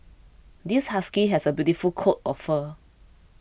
this husky has a beautiful coat of fur